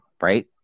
Right